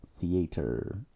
Theater